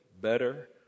better